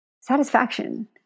satisfaction